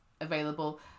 available